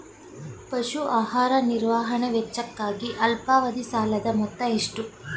ಪಶು ಆಹಾರ ನಿರ್ವಹಣೆ ವೆಚ್ಚಕ್ಕಾಗಿ ಅಲ್ಪಾವಧಿ ಸಾಲದ ಮೊತ್ತ ಎಷ್ಟು?